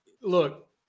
look